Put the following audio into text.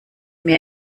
mir